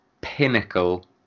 pinnacle